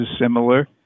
similar